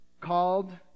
called